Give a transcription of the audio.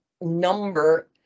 number